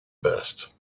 best